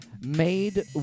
made